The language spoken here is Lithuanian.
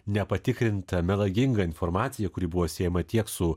nepatikrinta melaginga informacija kuri buvo siejama tiek su